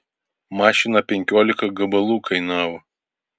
mašina penkiolika gabalų kainavo